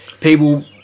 People